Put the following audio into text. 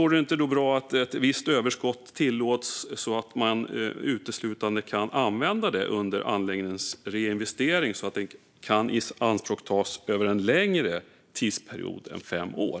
Vore det inte bra om ett visst överskott tillåts så att man uteslutande kan använda det i anläggningens reinvestering och att det kan ianspråktas över en längre tidsperiod än fem år?